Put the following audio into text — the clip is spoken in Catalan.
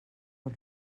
per